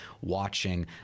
watching